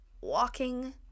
walking